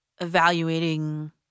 evaluating